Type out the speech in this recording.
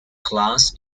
class